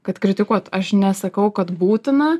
kad kritikuot aš nesakau kad būtina